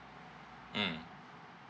mm